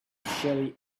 shelly